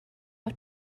how